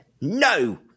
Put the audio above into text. no